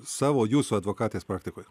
savo jūsų advokatės praktikoje